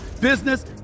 business